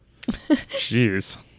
jeez